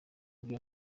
ibyo